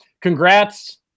congrats